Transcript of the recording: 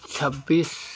ᱪᱷᱟᱵᱽᱵᱤᱥ